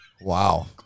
Wow